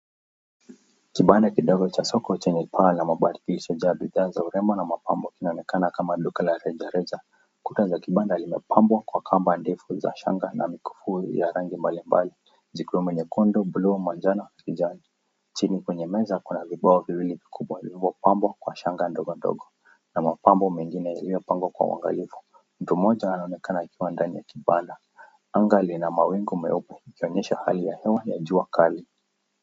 Kibanda kidogo cha soko chenye pala na maburudisho, bidhaa za urembo na mapambo kinaonekana kama duka la rejareja. Kuta za kibanda limepambwa kwa kamba ndefu za shanga na mikufu ya rangi mbalimbali, zikiwemo nyekundu, blue, manjano, kijani. Chini kwenye meza kuna vibao viwili vikubwa vilivyopambwa kwa shanga ndogo ndogo na mapambo mengine yaliyopangwa kwa uangalifu. Mtu mmoja anaonekana akiwa ndani ya kibanda. Anga lina mawingu meupe ikionyesha hali ya hewa ya jua kali.